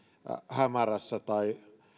hämärässä tai